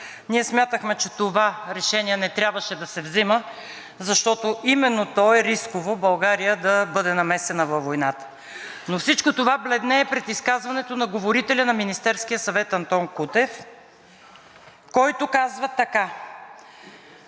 Ние смятахме, че това решение не трябваше да се взима, защото именно то е рисково България да бъде намесена във войната, но всичко това бледнее пред изказването на говорителя на Министерския съвет Антон Кутев, който казва така: